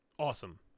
awesome